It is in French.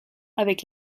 avec